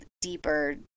deeper